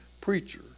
preacher